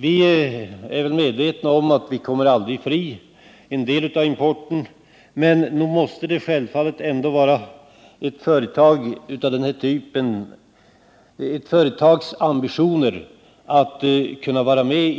Vi kommer väl aldrig från en del av importen, men självfallet måste det vara ett företags ambition att vara med